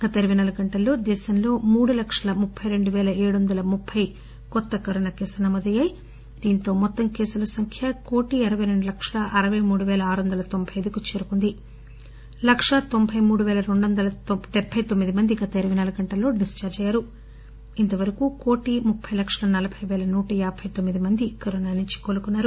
గత ఇరవై నాలుగు గంటల్లో దేశంలో మూడు లక్షల ముప్పి రెండు పేల ఏడు వందల ముప్పయి కొత్త కరోనా కేసులు నమోదయ్యాయి దీనితో మొత్తం కేసుల సంఖ్య కోటి అరవై రెండు లక్షల అరవై మూడు పేల ఆరు వంద తొంబై అయిదు కి చేరుకుంది లకా తొంబై మూడు పేల రెండు వంద డెబ్బె లొమ్మిది మంది గత ఇరవై నాలుగు గంటల్లో డిశ్చార్ట్ అయ్యారు ఇంత వరకు కోటీ ముప్పి లక్షల నలబై వేల నూట యాబై తొమ్మిది మంది కరోనా నుంచి కోలుకున్నారు